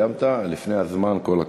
סיימת לפני הזמן, כל הכבוד.